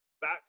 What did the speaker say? Back